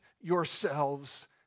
yourselves